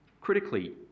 Critically